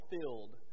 filled